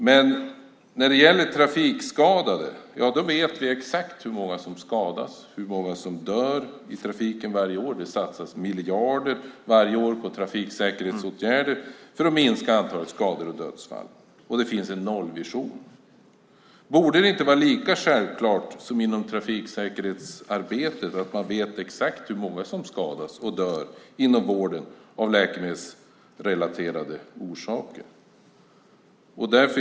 Men när det gäller trafikskadade vet vi exakt hur många som skadas och som dör i trafiken varje år. Det satsas miljarder varje år på trafiksäkerhetsåtgärder för att minska antalet skador och dödsfall, och det finns en nollvision. Borde det inte vara lika självklart som inom trafiksäkerhetsarbetet att man vet exakt hur många som skadas och dör inom vården av läkemedelsrelaterade orsaker?